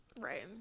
Right